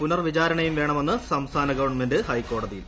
പുനർവിചാരണയും വേണമെന്ന് സംസ്ഥാന ഗവൺമെന്റ് ഹൈക്കോടതിയിൽ